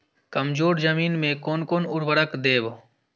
कमजोर जमीन में कोन कोन उर्वरक देब?